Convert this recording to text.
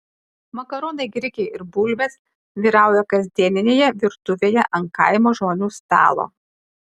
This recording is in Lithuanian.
makaronai grikiai ir bulvės vyrauja kasdieninėje virtuvėje ant kaimo žmonių stalo